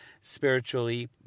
spiritually